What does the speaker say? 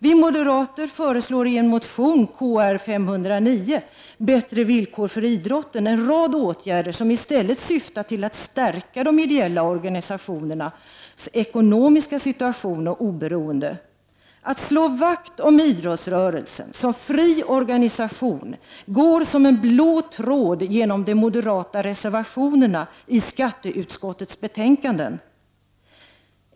Vi moderater föreslår i motion Kr509, Bättre villkor för idrotten, en rad åtgärder som i stället syftar till att stärka de ideella organisationernas ekonomiska situation och oberoende. Önskan att slå vakt om idrottsrörelsen som fri organisation går som en blå tråd genom de moderata reservationerna i skatteutskottets betänkande.